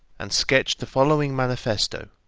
and sketched the following manifesto,